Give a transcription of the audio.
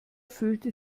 fühlte